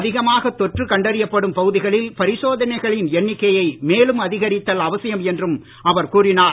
அதிகமாக தொற்று கண்டறியப்படும் பகுதிகளில் பரிசோதனைகளின் எண்ணிக்கையை மேலும் அதிகரித்தல் அவசியம் என்றும் அவர் கூறினார்